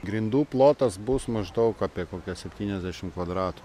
grindų plotas bus maždaug apie kokią septyniasdešim kvadratų